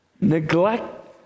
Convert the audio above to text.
neglect